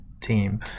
team